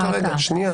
נוסיף.